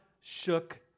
shook